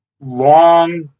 long